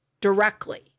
directly